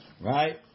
Right